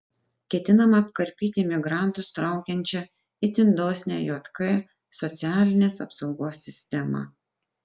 ketinama apkarpyti imigrantus traukiančią itin dosnią jk socialinės apsaugos sistemą